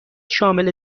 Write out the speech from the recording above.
شامل